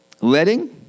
Letting